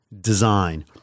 design